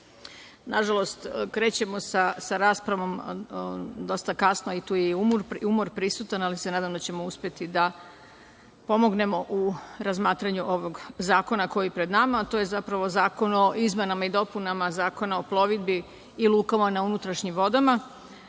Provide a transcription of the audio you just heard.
nažalost, krećemo sa raspravom dosta kasno i tu je i umor prisutan, ali se nadam da ćemo uspeti da pomognemo u razmatranju ovog zakona koji je pred nama, a to je zapravo zakon o izmenama i dopunama Zakona o plovidbi i lukama na unutrašnjim vodama. Ovaj